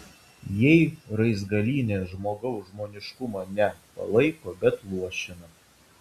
jei raizgalynė žmogaus žmoniškumą ne palaiko bet luošina